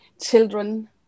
children